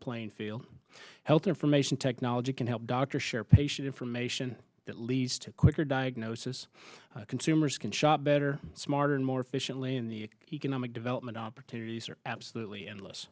playing field health information technology can help doctors share patient information that leads to quicker diagnosis consumers can shop better smarter and more efficiently and the economic development opportunities are absolutely endless